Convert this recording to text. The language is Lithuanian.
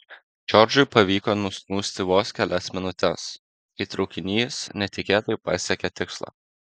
džordžui pavyko nusnūsti vos kelias minutes kai traukinys netikėtai pasiekė tikslą